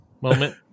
moment